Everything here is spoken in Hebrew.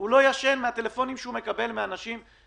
הוא לא ישן בגלל הטלפונים שהוא מקבל מאנשים יום-יום,